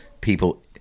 people